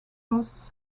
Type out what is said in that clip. closed